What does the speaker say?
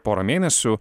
porą mėnesių